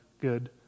good